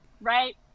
right